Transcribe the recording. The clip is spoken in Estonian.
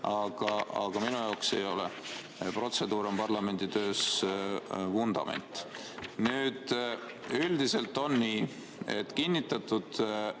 aga minu jaoks ei ole. Protseduur on parlamendi töö vundament. Üldiselt on nii, et Riigikogu